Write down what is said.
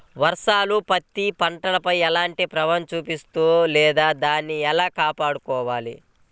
వర్షాలు పత్తి పంటపై ఎలాంటి ప్రభావం చూపిస్తుంద లేదా దానిని ఎలా కాపాడుకోవాలి?